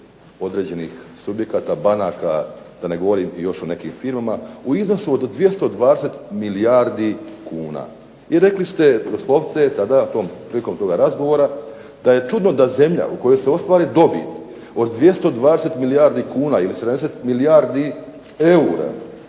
određenih subjekata, banaka, da ne govorim i još o nekim firmama u iznosu od 220 milijardi kuna. I rekli ste doslovce da prilikom toga razgovora da je čudno da zemlja u kojoj se ostvari dobit od 220 milijardi kuna ili 70 milijardi eura,